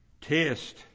test